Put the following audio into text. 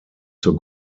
zur